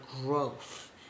growth